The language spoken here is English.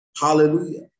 Hallelujah